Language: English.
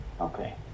Okay